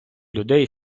людей